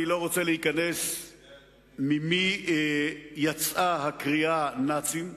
אני לא רוצה להיכנס לשאלה ממי יצאה הקריאה "נאצים",